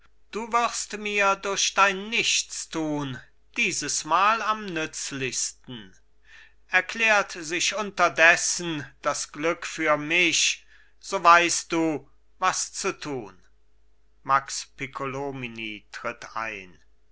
du wirst mir durch dein nichtstun diesesmal am nützlichsten erklärt sich unterdessen das glück für mich so weißt du was zu tun max piccolomini tritt ein